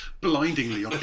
blindingly